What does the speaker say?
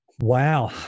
Wow